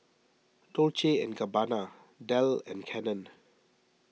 Dolce and Gabbana Dell and Canon